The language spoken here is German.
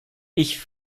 ich